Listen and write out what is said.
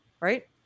right